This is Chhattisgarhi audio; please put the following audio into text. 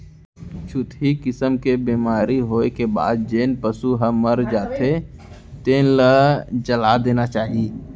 छुतही किसम के बेमारी होए के बाद जेन पसू ह मर जाथे तेन ल जला देना चाही